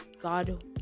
God